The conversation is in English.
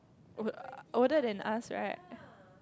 o~ older than us right